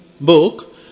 Book